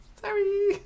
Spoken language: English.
sorry